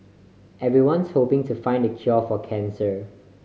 everyone's hoping to find the cure for cancer